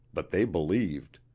but they believed.